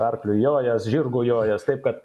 arkliu jojęs žirgu jojęs taip kad